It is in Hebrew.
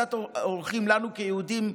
הכנסת האורחים שלנו כיהודים ידועה,